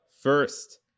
first